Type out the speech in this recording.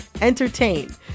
entertain